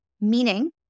Meaning